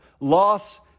loss